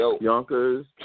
Yonkers